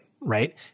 right